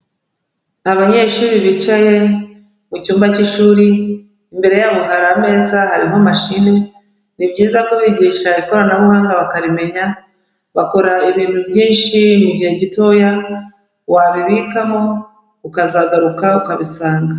Abanyeshuri bicaye mu cyumba k'ishuri imbere, imbere yabo hari ameza, harimo mashini, ni byiza kubigisha ikoranabuhanga bakarimenya, bakora ibintu byinshi mu gihe gitoya, wabibikamo ukazagaruka ukabisanga.